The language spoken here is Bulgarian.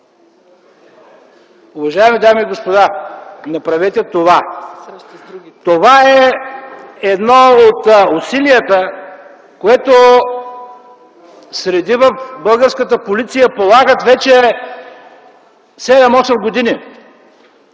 Уважаеми дами и господа, това е едно от усилията, което среди в българската полиция полагат вече 7-8 години